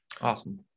Awesome